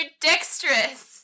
dexterous